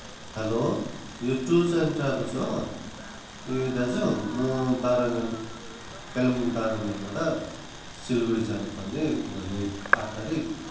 hello यो tours and travels हो ए दाजु म बाह्र माइल कालिम्पोङ बाह्र माइलबाट सिलगढी जानुपर्ने भोलि आठ तारिक